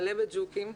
מלא בג'וקים,